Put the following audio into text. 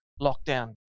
lockdown